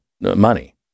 money